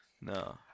No